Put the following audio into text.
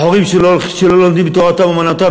בחורים שלא לומדים כתורתם-אומנותם,